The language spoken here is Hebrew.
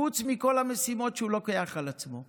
חוץ מכל המשימות שהוא לוקח על עצמו.